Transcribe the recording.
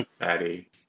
Addy